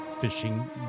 Fishing